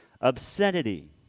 obscenity